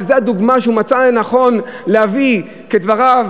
וזו הדוגמה שהוא מצא לנכון להביא בדבריו